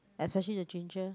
especially the ginger